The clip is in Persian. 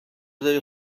داری